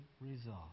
resolve